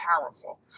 powerful